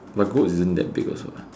but goat isn't that big also what